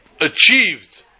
achieved